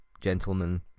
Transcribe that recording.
gentlemen